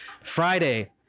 Friday